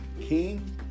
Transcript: King